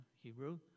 Hebrew